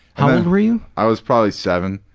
how old were you? i was probably seven.